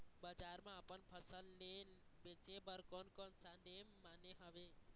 बजार मा अपन फसल ले बेचे बार कोन कौन सा नेम माने हवे?